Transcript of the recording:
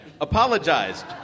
apologized